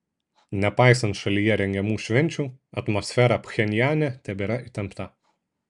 nepaisant šalyje rengiamų švenčių atmosfera pchenjane tebėra įtempta